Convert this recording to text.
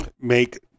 make